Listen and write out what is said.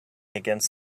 against